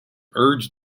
urged